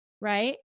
Right